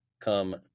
come